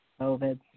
COVID